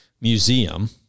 museum